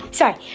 sorry